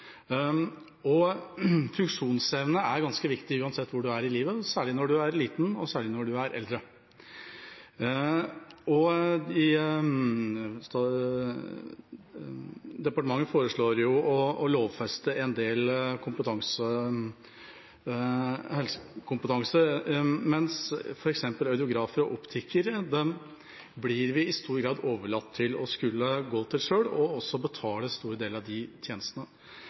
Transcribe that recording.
nevnt. Funksjonsevne er ganske viktig uansett hvor du er i livet, særlig når du er liten, og særlig når du er eldre. Departementet foreslår jo å lovfeste en del helsekompetanse, mens f.eks. audiografer og optikere blir vi i stor grad overlatt til å skulle gå til selv, også å betale store deler av de tjenestene.